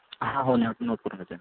हा हो note note करून घेतो आहे